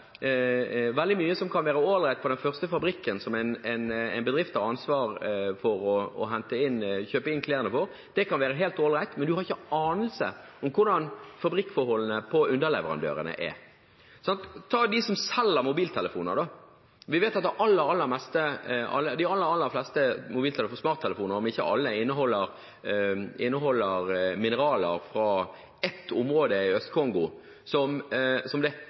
veldig mye kan være helt all right i den første fabrikken som en bedrift har ansvar for å kjøpe inn klærne fra, men man har ikke anelse om hvordan fabrikkforholdene er hos underleverandørene. La meg nevne dem som selger mobiltelefoner. Vi vet at de aller, aller fleste mobiltelefoner, smarttelefoner – om ikke alle – inneholder mineraler fra ett område i Øst-Kongo, og som det er høyst usikkert, for å si det forsiktig, om blir tilvirket på en måte som er i tråd med det